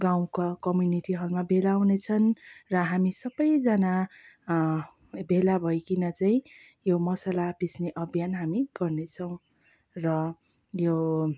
गाउँका कम्युनिटी हलमा भेला हुनेछन् र हामी सबैजना भेला भईकिन चै यो मसाला पिस्ने अभियान हामी गर्नेछौँ र यो